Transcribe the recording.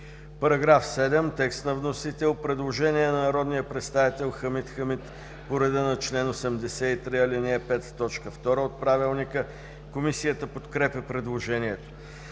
Параграф 3 – текст на вносител. Предложение на народния представител Хамид Хамид по реда на чл. 83, ал. 5, т. 2 от Правилника. Комисията подкрепя предложението.